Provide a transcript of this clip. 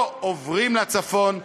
או עוברים לצפון,